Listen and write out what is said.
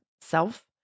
self